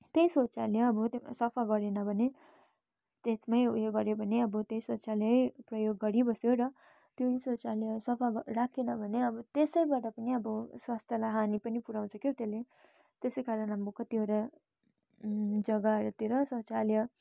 त्यही शौचालय अब त्यो सफा गरिएन भने त्यसमै उयो गऱ्यो भने अब त्यही शौचालय प्रयोग गरिबस्यो र त्यो शौचालय सफा राखेन भने अब त्यसैबाट पनि अब स्वास्थ्यलाई हानी पनि पुऱ्याउँछ क्याउ त्यसले त्यसै कारण हाम्रो कतिवटा जग्गाहरूतिर शौचालय